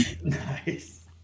nice